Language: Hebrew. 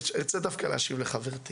להשיב לחברתי